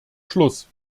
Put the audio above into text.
schluss